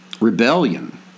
rebellion